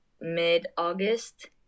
mid-August